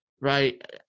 right